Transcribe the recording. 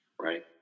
right